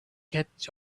catch